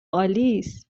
آلیس